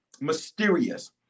mysterious